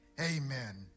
amen